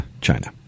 China